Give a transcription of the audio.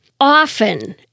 often